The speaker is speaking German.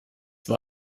war